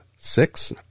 six